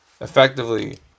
effectively